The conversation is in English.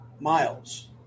miles